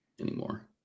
anymore